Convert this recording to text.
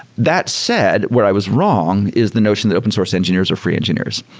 that said, where i was wrong is the notion that open source engineers are free engineers.